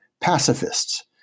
pacifists